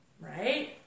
Right